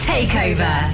Takeover